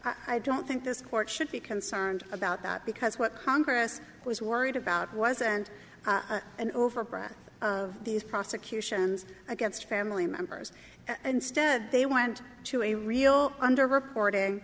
i don't think this court should be concerned about that because what congress was worried about wasn't an overbroad of these prosecutions against family members instead they went to a real under reporting